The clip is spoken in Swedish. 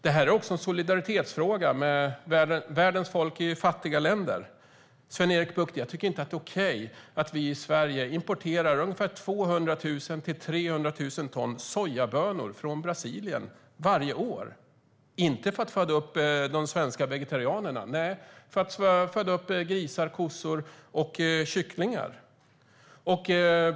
Det är också en solidaritetsfråga med världens folk i fattiga länder. Jag tycker inte att det är okej, Sven-Erik Bucht, att vi i Sverige importerar 200 000-300 000 ton sojabönor från Brasilien varje år - inte för att föda upp svenska vegetarianer utan för att föda upp grisar, kossor och kycklingar.